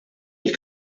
mill